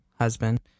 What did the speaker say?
husband